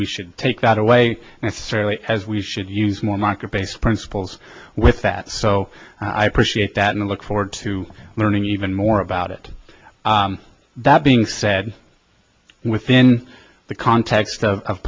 we should take that away and i certainly as we should use more market based principles with that so i appreciate that and look forward to learning even more about it that being said within the context of